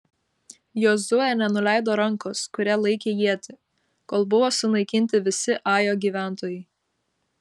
jozuė nenuleido rankos kuria laikė ietį kol buvo sunaikinti visi ajo gyventojai